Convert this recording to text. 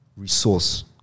resource